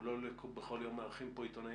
לא בכל יום אנחנו מארחים כאן עיתונאים